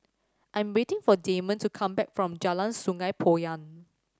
I'm waiting for Damon to come back from Jalan Sungei Poyan